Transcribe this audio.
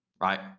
right